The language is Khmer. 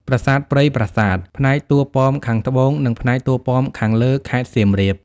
ប្រាសាទព្រៃប្រាសាទ (ផ្នែកតួប៉មខាងត្បូង និងផ្នែកតួប៉មខាងលើ) (ខេត្តសៀមរាប)។